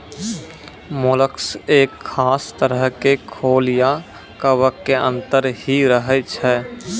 mollusc एक खास तरह के खोल या कवच के अंदर हीं रहै छै